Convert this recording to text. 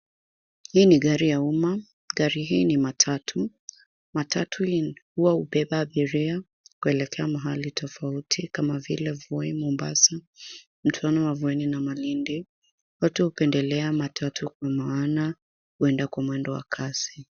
Hii ni gari ya umma. Gari hii ni matatu. Matatu huwa hubeba abiria kuelekea mahali tofauti tofauti kama vile Voi, Mombasa , Mtwana na Malindi. Watu hupendelea matatu kwa maana huenda kwa mwendo wa kasi.